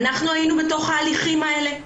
אנחנו היינו בתוך ההליכים האלה,